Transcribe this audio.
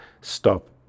stop